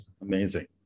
Amazing